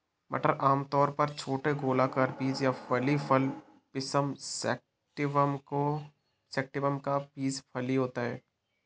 मटर आमतौर पर छोटे गोलाकार बीज या फली फल पिसम सैटिवम का बीज फली होता है